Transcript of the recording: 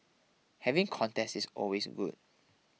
having contests is always good